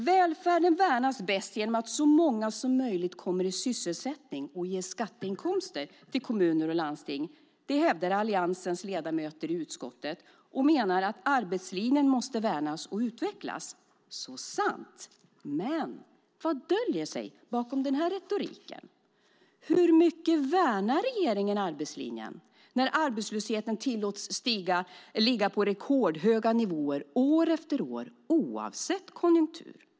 Välfärden värnas bäst genom att så många som möjligt kommer i sysselsättning och ger skatteinkomster till kommuner och landsting. Det hävdar Alliansens ledamöter i utskottet och menar att arbetslinjen måste värnas och utvecklas. Så sant, men vad döljer sig bakom den retoriken? Hur mycket värnar regeringen arbetslinjen när arbetslösheten tillåts ligga på rekordhöga nivåer år efter år oavsett konjunktur?